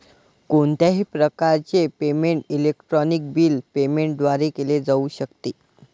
कोणत्याही प्रकारचे payment electronic bill payment द्वारे केले जाऊ शकते